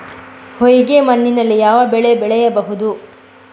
ಹೊಯ್ಗೆ ಮಣ್ಣಿನಲ್ಲಿ ಯಾವ ಬೆಳೆ ಬೆಳೆಯಬಹುದು?